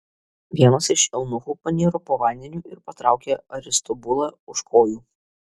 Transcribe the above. vienas iš eunuchų paniro po vandeniu ir patraukė aristobulą už kojų